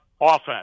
offense